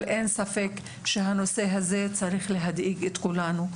אין ספק שהנושא הזה צריך להדאיג את כולנו.